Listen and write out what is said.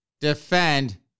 defend